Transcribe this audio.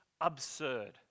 absurd